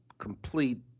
complete